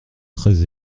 très